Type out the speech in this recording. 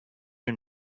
you